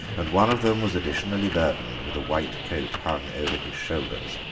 and one of them was additionally burdened with a white coat hung over his shoulders.